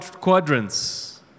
quadrants